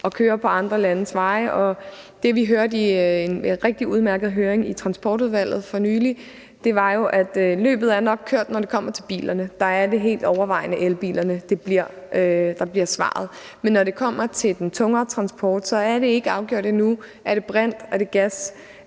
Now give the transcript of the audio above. og kører på andre landes veje? Det, vi hørte i en rigtig udmærket høring i Transportudvalget for nylig, var, at løbet nok er kørt, når det kommer til bilerne, for der er det helt overvejende elbiler, der bliver svaret. Men når det kommer til den tungere transport, er det ikke afgjort endnu, om det er brint, om det er